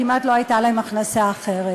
או כמעט שלא הייתה להן הכנסה אחרת.